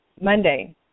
Monday